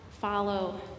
follow